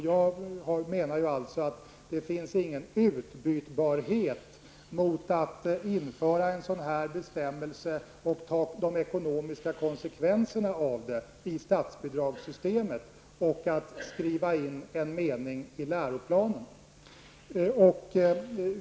Jag menar alltså att det inte finns någon utbytbarhet mellan å ena sidan att införa en sådan här bestämmelse och ta de ekonomiska konsekvenserna av det i statsbidragssystemet, å andra sidan att skriva in en mening i läroplanen.